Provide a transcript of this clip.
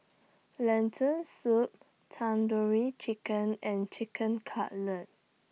Lentil Soup Tandoori Chicken and Chicken Cutlet